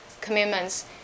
commitments